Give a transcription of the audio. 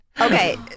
Okay